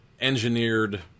engineered